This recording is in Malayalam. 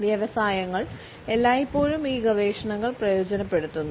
വ്യവസായങ്ങൾ എല്ലായ്പ്പോഴും ഈ ഗവേഷണങ്ങൾ പ്രയോജനപ്പെടുത്തുന്നു